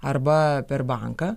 arba per banką